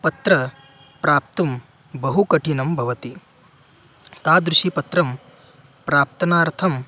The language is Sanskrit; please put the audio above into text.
पत्रं प्राप्तुं बहु कठिनं भवति तादृशं पत्रं प्रापणार्थं